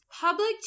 Public